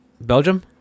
belgium